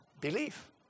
Belief